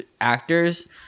actors